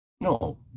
No